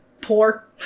poor